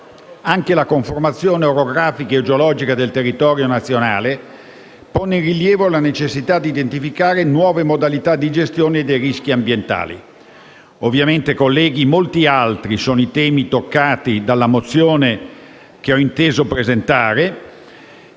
Anche la conformazione orografica e geologica del territorio nazionale pone in rilievo la necessità di identificare nuove modalità di gestione dei rischi ambientali. Ovviamente, colleghi, molti altri sono i temi toccati dalla mozione che ho inteso presentare.